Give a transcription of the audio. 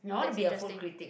that's interesting